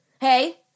Hey